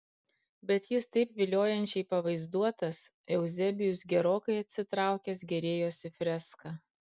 bet jis taip viliojančiai pavaizduotas euzebijus gerokai atsitraukęs gėrėjosi freska